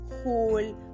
whole